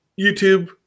YouTube